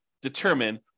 determine